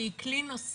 שהיא כלי נוסף